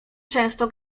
często